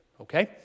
Okay